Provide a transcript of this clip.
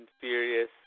furious